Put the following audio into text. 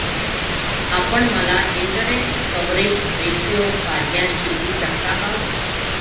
आपण मला interest coverage ratio काढण्यास शिकवू शकता का?